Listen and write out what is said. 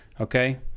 okay